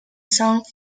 song